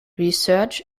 research